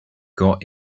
got